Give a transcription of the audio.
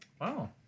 Wow